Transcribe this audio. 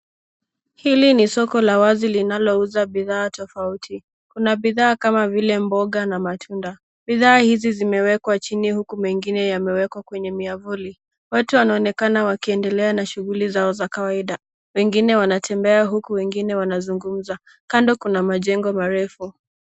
Hili ni soko la wazi linalouza bidhaa tofauti. Kuna bidhaa kama vile mboga na matunda. Bidhaa hizi zimewekwa chini huku mengine yamewekwa kwenye miavuli. Watu wanaonekana wakiendelea na shughuli zao za kawaida. Wengine wanatembea huku wengine wanazungumza. Kando kuna majengo marefu.